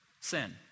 sin